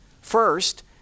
First